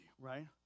right